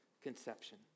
conception